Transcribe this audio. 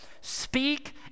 speak